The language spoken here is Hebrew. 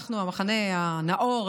אנחנו המחנה הנאור,